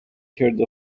heard